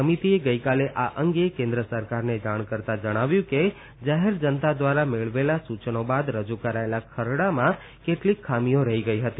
સમિતિએ ગઇકાલે આ અંગે કેન્દ્ર સરકારને જાણ કરતાં જણાવ્યું કે જાહેર જનતા દ્વારા મેળવેલા સૂચનો બાદ રજૂ કરાયેલા ખરડામાં કેટલીક ખામીઓ રહી ગઇ હતી